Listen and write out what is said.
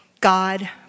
God